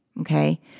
Okay